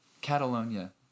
Catalonia